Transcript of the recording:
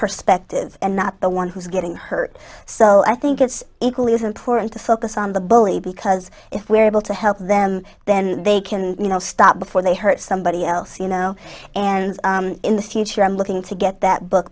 perspective and not the one who's getting hurt so i think it's equally as important to focus on the bully because if we're able to help them then they can you know stop before they hurt somebody else you know and in the future i'm looking to get that book